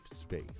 space